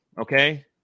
Okay